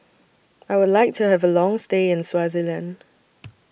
I Would like to Have A Long stay in Swaziland